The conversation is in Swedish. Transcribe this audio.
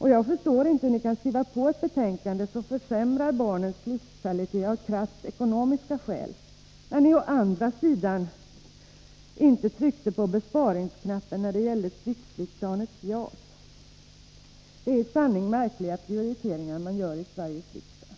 Jag förstår inte hur ni av krasst ekonomiska skäl kan skriva på ett betänkande som försämrar barnens livskvalitet, när ni å andra sidan inte tryckte på besparingsknappen när det gällde stridsflygplanet JAS. Det är i sanning märkliga prioriteringar man gör i Sveriges riksdag.